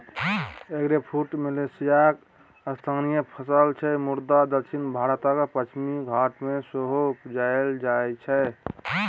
eggfruit मलेशियाक स्थानीय फसल छै मुदा दक्षिण भारतक पश्चिमी घाट मे सेहो उपजाएल जाइ छै